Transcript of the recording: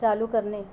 चालू करणे